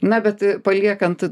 na bet paliekant